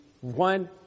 one